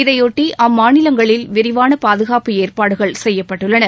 இதையொட்டி அம்மாநிலங்களில் விரிவான பாதுகாப்பு ஏற்பாடுகள் செய்யப்பட்டுள்ளன